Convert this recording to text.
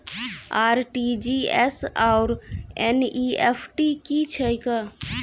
RTGS आओर NEFT की छैक?